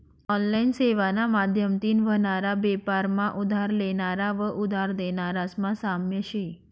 online सेवाना माध्यमतीन व्हनारा बेपार मा उधार लेनारा व उधार देनारास मा साम्य शे